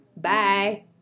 Bye